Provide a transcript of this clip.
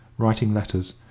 writing letters,